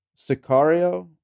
Sicario